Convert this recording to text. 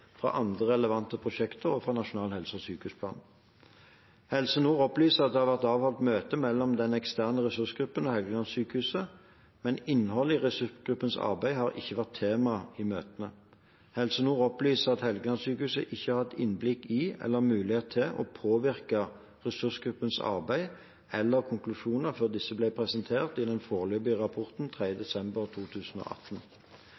fra andre relevante prosjekter og fra Nasjonal helse- og sykehusplan. Helse Nord opplyser at det har vært avholdt møte mellom den eksterne ressursgruppen og Helgelandssykehuset, men innholdet i ressursgruppens arbeid har ikke vært tema i møtene. Helse Nord opplyser at Helgelandssykehuset ikke har hatt innblikk i eller mulighet til å påvirke ressursgruppens arbeid eller konklusjoner før disse ble presentert i den foreløpige rapporten